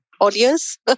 audience